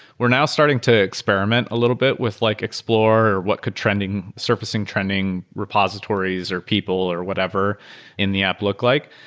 we're now starting to experiment a little bit with like explore or what could surfacing trending repositories or people or whatever in the app look like,